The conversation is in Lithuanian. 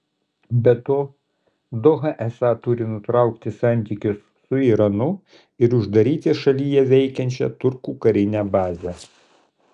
be to doha esą turi nutraukti santykius su iranu ir uždaryti šalyje veikiančią turkų karinę bazę